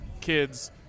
kids